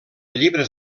llibres